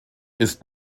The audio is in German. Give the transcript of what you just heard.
ist